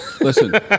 Listen